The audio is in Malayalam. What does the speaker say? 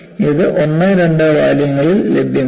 ഇത് 1 2 വാല്യങ്ങളിൽ ലഭ്യമാണ്